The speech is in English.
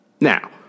Now